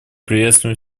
приветствуем